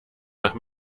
nach